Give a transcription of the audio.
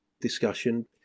discussion